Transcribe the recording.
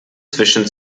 zwischen